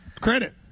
credit